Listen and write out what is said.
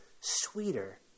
sweeter